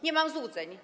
Nie mam złudzeń.